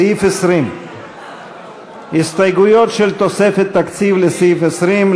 סעיף 20. הסתייגויות של תוספת תקציב לסעיף 20,